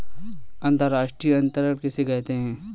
अंतर्राष्ट्रीय अंतरण किसे कहते हैं?